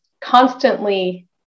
constantly